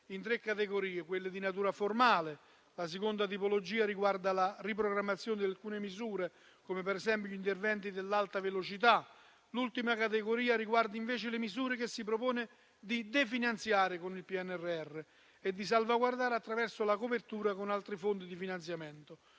in tre categorie: vi sono quelle di natura formale; la seconda tipologia riguarda la riprogrammazione di alcune misure, come ad esempio gli interventi concernenti l'Alta velocità; l'ultima categoria riguarda invece le misure che si propone di definanziare con il PNRR e di salvaguardare attraverso la copertura con altri fondi di finanziamento,